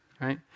right